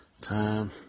time